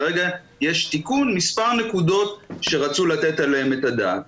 כרגע יש תיקון של מספר נקודות שרצו לתת עליהן את הדעת.